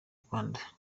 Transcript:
rwanda